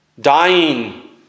Dying